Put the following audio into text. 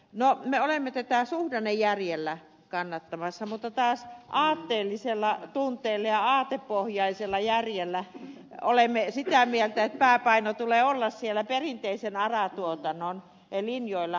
no me olemme tätä suhdannejärjellä kannattamassa mutta taas aatteellisella tunteella ja aatepohjaisella järjellä olemme sitä mieltä että pääpaino tulee olla siellä perinteisen ara tuotannon linjoilla